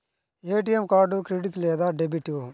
ATM card credit లేదా debit?